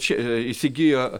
čia įsigijo